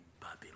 Babylon